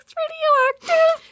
radioactive